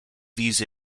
these